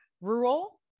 rural